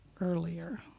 earlier